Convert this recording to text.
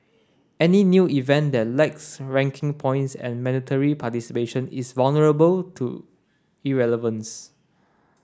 any new event that lacks ranking points and mandatory participation is vulnerable to irrelevance